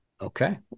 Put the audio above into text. Okay